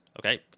okay